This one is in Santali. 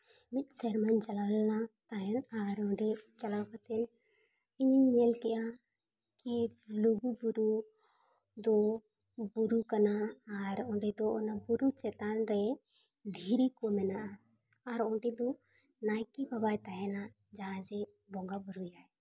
ᱢᱤᱫ ᱥᱮᱨᱢᱟᱧ ᱪᱟᱞᱟᱣ ᱞᱮᱱᱟ ᱛᱟᱦᱮᱸ ᱱᱚᱜ ᱟᱨ ᱱᱚᱰᱮ ᱪᱟᱞᱟᱣ ᱠᱟᱛᱮ ᱤᱧᱤᱧ ᱧᱮᱞ ᱠᱮᱜᱼᱟ ᱠᱤ ᱞᱩᱜᱩᱼᱵᱩᱨᱩ ᱫᱚ ᱵᱩᱨᱩ ᱠᱟᱱᱟ ᱟᱨ ᱚᱸᱰᱮ ᱫᱚ ᱚᱱᱟ ᱵᱩᱨᱩ ᱪᱮᱛᱟᱱ ᱨᱮ ᱫᱷᱤᱨᱤ ᱠᱚ ᱢᱮᱱᱟᱜᱼᱟ ᱟᱨ ᱚᱸᱰᱮ ᱫᱚ ᱱᱟᱭᱠᱮ ᱵᱟᱵᱟᱭ ᱛᱟᱦᱮᱱᱟ ᱡᱟᱦᱟᱸᱭ ᱡᱮ ᱵᱚᱸᱜᱟᱼᱵᱳᱨᱳᱭᱟᱭ